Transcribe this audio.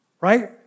right